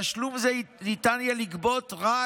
בתשלום זה ניתן יהיה לגבות רק